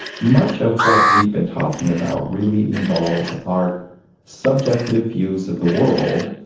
much of what we've been talking about really involves our subjective views of the world,